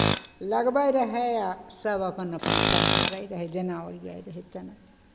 लगबैत रहय आ सभ अपन अपन सम्हारैत रहय जेना ओरियाइत रहय तेना